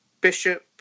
Bishop